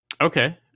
Okay